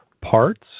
parts